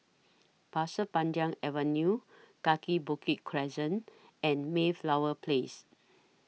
Pasir Panjang Avenue Kaki Bukit Crescent and Mayflower Place